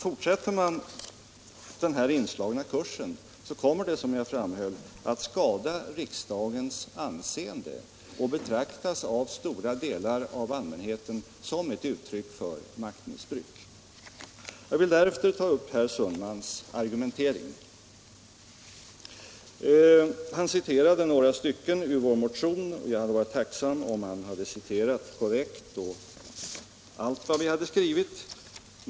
Fortsätter man på den inslagna kursen kommer det, som jag framhöll, att skada riksdagens anseende och av stora delar inom allmänheten att betraktas som ett uttryck för maktmissbruk. Jag vill därefter ta upp herr Sundmans argumentering. Han citerade några stycken ur vår motion, men jag hade varit tacksam om han hade citerat korrekt allt vad vi skrivit.